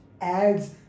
ads